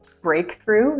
breakthrough